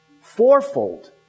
Fourfold